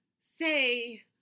say